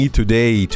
today